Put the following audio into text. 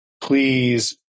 Please